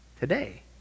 today